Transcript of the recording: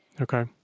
Okay